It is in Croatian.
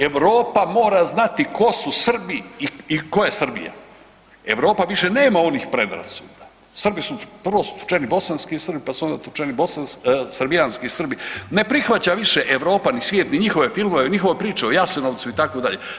Europa mora znati tko su Srbi i tko je Srbija, Europa više nema onih predrasuda, Srbi su prvo su tučeni bosanski Srbi, pa su onda tučeni srbijanski Srbi, ne prihvaća više Europa ni svije ni njihove filmove, njihove priče o Jasenovcu itd.